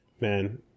Man